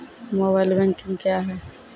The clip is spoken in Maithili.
मोबाइल बैंकिंग क्या हैं?